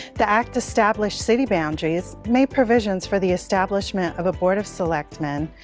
the act established city boundaries, made provisions for the establishment of a board of select men,